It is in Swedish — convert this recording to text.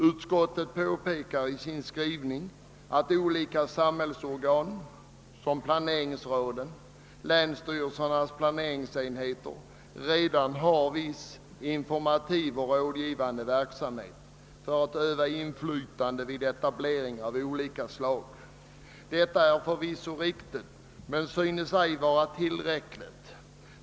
Utskottet framhåller i sin skrivning att olika samhällsorgan som planeringsråden och länsstyrelsernas planeringsenheter redan har viss informativ och rådgivande verksamhet för att öva inflytande vid etablering av olika ;slag. Detta är förvisso riktigt men synes «ej vara tillräckligt.